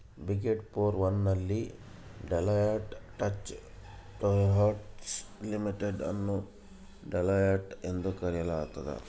ಬಿಗ್ಡೆ four one ನಲ್ಲಿ Deloitte Touche Tohmatsu Limited ಅನ್ನು Deloitte ಎಂದು ಕರೆಯಲಾಗ್ತದ